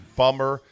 bummer